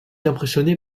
impressionné